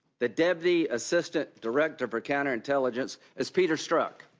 the deputy assistant director for counter intelligence is peter strzok.